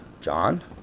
John